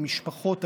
ממשפחות,